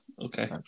okay